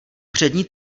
přední